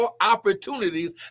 opportunities